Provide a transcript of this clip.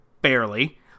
Barely